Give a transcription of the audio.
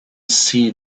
see